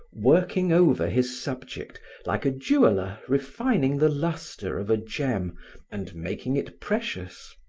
working over his subject like a jeweler refining the lustre of a gem and making it precious.